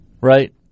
Right